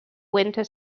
winter